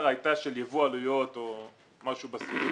הייתה של יבוא עלויות או משהו בסגנון.